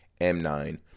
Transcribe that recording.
M9